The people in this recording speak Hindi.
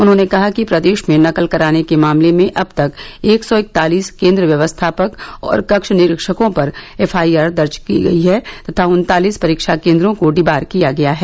उन्होंने कहा कि प्रदेश में नकल कराने के मामले में अब तक एक सौ इकतालीस केंद्र व्यवस्थापक और कक्ष निरीक्षकों पर एफआईआर दर्ज की गयी है तथा उन्तालीस परीक्षा केंद्रों को डिबार किया गया है